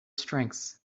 strengths